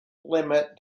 limit